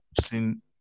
seen